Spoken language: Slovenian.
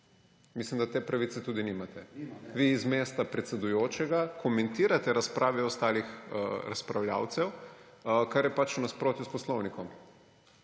Mislim, da te pravice tudi nimate. Vi z mesta predsedujočega komentirate razprave ostalih razpravljavcev, kar je v nasprotju s poslovnikom.